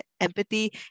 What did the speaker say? empathy